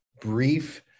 brief